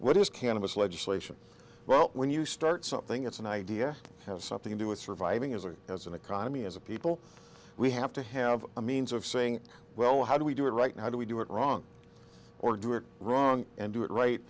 what is cannabis legislation well when you start something it's an idea have something to do with surviving as a as an economy as a people we have to have a means of saying well how do we do it right now how do we do it wrong or do it wrong and do it right